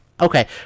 Okay